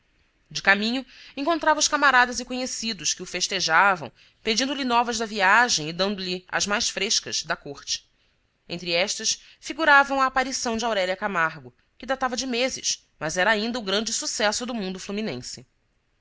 de caminho encontrava os camaradas e conhecidos que o fes tejavam pedindo-lhe novas da viagem e dando-lhe as mais frescas da corte entre estas figurava a aparição de aurélia camargo que datava de meses mas era ainda o grande sucesso do mundo fluminense